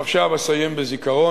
עכשיו אסיים בזיכרון,